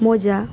মোজা